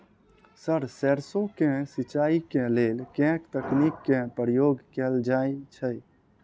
Sir सैरसो केँ सिचाई केँ लेल केँ तकनीक केँ प्रयोग कैल जाएँ छैय?